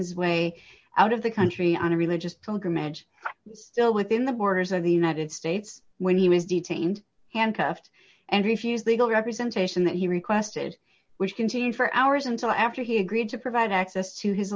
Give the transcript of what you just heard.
his way out of the country on a religious pilgrimage still within the borders of the united states when he was detained handcuffed and refused legal representation that he requested which continued for hours until after he agreed to provide access to his